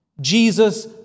Jesus